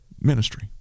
ministry